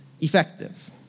effective